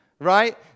right